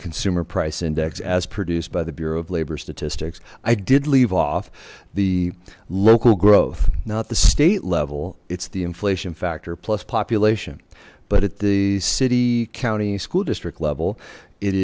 consumer price index as produced by the bureau of labor statistics i did leave off the local growth not the state level it's the inflation factor plus population but at the city county school district level it